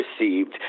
received